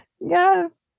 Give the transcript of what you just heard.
Yes